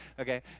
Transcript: Okay